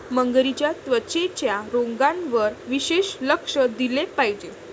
मगरींच्या त्वचेच्या रोगांवर विशेष लक्ष दिले पाहिजे